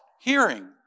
hearing